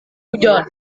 hujan